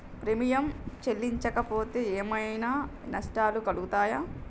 Premium చెల్లించకపోతే ఏమైనా నష్టాలు కలుగుతయా?